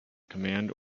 command